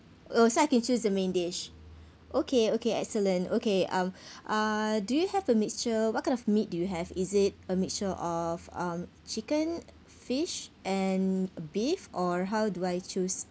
oh so I can choose the main dish okay okay excellent okay um uh do you have a mixture what kind of meat do you have is it a mixture of um chicken fish and beef or how do I choose